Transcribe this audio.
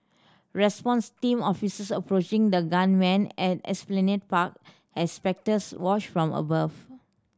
response team officers approaching the gunman at Esplanade Park as spectators watch from above